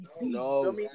no